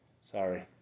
Sorry